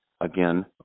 Again